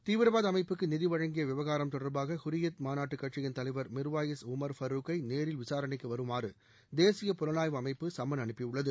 தீவிரவாத அமைப்புக்கு நிதி வழங்கிய விவகாரம் தொடர்பாக ஹுரியத் மாநாட்டு கட்சியின் தலைவர் மிர்வாயிஸ் உமர் ஃபருக்கை நேரில் விசாரணைக்கு வருமாறு தேசிய புலனாய்வு அமைப்பு சம்மன் அனுப்பியுள்ளது